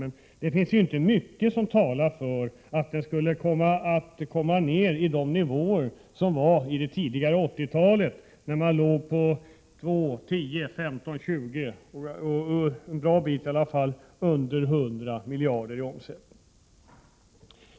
Men det finns inte mycket som talar för att omsättningen skulle kunna komma ner till de nivåer som existerade i början av 1980-talet när omsättningen låg på 2, 10, 15 och 20 miljarder kronor — en bra bit under 100 miljarder kronor i omsättning.